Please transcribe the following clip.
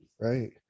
Right